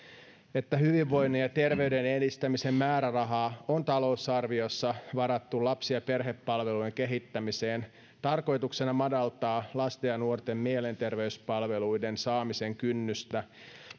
että hyvinvoinnin ja terveyden edistämisen määrärahaa on talousarviossa varattu lapsi ja perhepalveluiden kehittämiseen tarkoituksena madaltaa lasten ja nuorten mielenterveyspalveluiden saamisen kynnystä